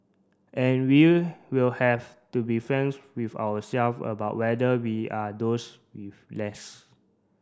and we will have to be franks with our self about whether we are those with less